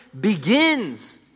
begins